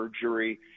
surgery